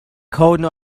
coden